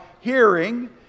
hearing